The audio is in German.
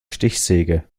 stichsäge